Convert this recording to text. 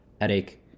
headache